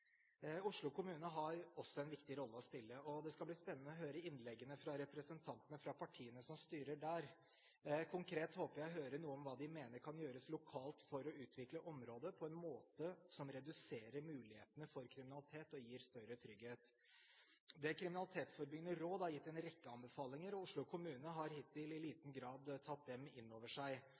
Oslo kommune har også en viktig rolle å spille. Det skal bli spennende å høre innleggene fra representantene fra partiene som styrer der. Konkret håper jeg å høre noe om hva de mener kan gjøres lokalt for å utvikle området på en måte som reduserer mulighetene for kriminalitet og gir større trygghet. Det kriminalitetsforebyggende råd har gitt en rekke anbefalinger, og Oslo kommune har hittil i liten grad tatt dem inn over seg.